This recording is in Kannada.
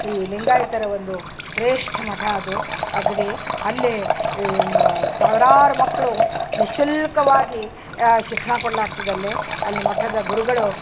ಈ ಲಿಂಗಾಯಿತರ ಒಂದು ಶ್ರೇಷ್ಠ ಮಠ ಅದು ಅಗ್ದಿ ಅಲ್ಲಿ ಈ ಮ ಸಾವಿರಾತು ಮಕ್ಕಳು ಶುಲ್ಕವಾಗಿ ಶಿಕ್ಷಣ ಕೊಡ್ಲಾಗ್ತದಲ್ಲಿ ಅಲ್ಲಿ ಮಠದ ಗುರುಗಳು